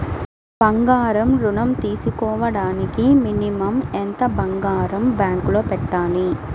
బంగారం ఋణం తీసుకోవడానికి మినిమం ఎంత బంగారం బ్యాంకులో పెట్టాలి?